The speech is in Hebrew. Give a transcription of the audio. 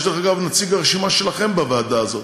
יש, דרך אגב, נציג מהרשימה שלכם בוועדת הזאת.